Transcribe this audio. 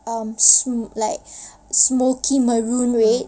um smo~ like smokey maroon red